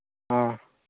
ꯑꯥ